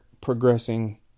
progressing